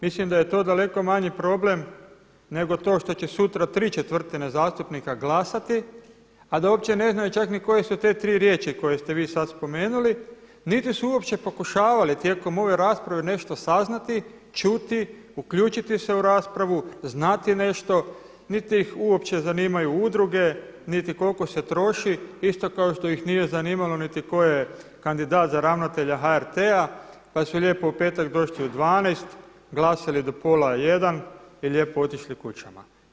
Mislim da je to daleko manji problem, nego to što će sutra 3/4 zastupnika glasati, a da uopće ne znaju čak niti koje su to te tri riječi koje ste vi sada spomenuli, niti su uopće pokušavali tijekom ove rasprave nešto saznati, čuti, uključiti se u raspravu, znati nešto, niti ih uopće zanimaju udruge, niti koliko se troši isto kao što ih nije zanimalo niti tko je kandidat za ravnatelja HRT-a, pa su lijepo u petak došli u 12, glasali do pola jedan i lijepo otišli kućama.